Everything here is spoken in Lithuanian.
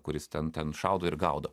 kuris ten ten šaudo ir gaudo